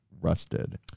rusted